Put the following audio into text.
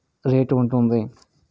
rate ఉంటుంది